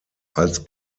als